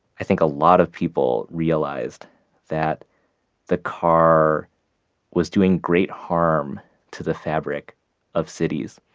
i think a lot of people realized that the car was doing great harm to the fabric of cities.